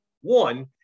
one